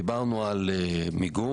דיברנו על מיגון,